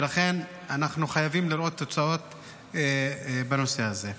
ולכן אנחנו חייבים לראות תוצאות בנושא הזה.